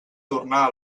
tornar